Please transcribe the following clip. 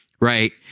right